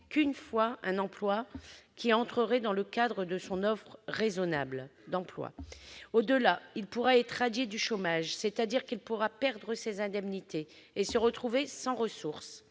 qu'une fois un emploi qui entrerait dans le cadre de son offre raisonnable. Au-delà, il pourra être radié du chômage, c'est-à-dire qu'il pourra perdre ses indemnités et se retrouver sans ressources.